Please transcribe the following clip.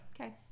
Okay